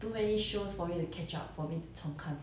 a lot of the new release [one]